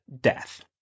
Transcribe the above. death